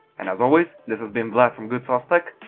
and as always, this has been vlad from goodsauce tech,